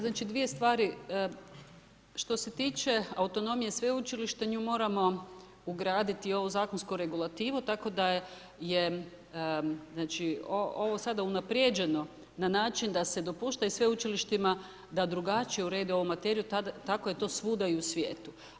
Znači dvije stvari, što se tiče autonomije Sveučilišta, nju moramo ugraditi u ovu zakonsku regulativu tako da je znači ovo sada unaprijeđeno na način da se dopušta sveučilištima da drugačije urede ovu materiju, tako je to svuda u svijetu.